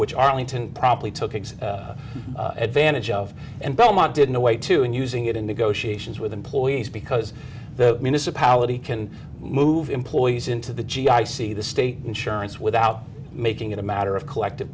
which arlington promptly took advantage of and belmont did know way too and using it in negotiations with employees because the municipality can move employees into the g i c the state insurance without making it a matter of collective